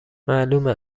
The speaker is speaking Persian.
معلومه